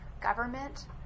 government